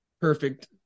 perfect